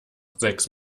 sechs